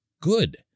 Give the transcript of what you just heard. good